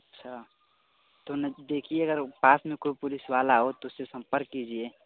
अच्छा तो नज़दीकी अगर पास में कोई पुलिस वाला हो तो उससे संपर्क कीजिए